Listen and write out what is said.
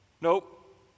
Nope